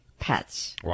Pets